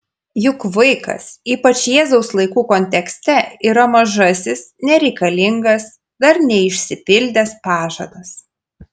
juk vaikas ypač jėzaus laikų kontekste yra mažasis nereikalingas dar neišsipildęs pažadas